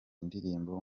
ndirimbo